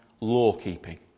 law-keeping